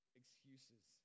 excuses